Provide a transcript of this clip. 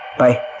bye.